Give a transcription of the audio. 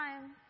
time